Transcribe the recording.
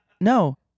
No